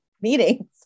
meetings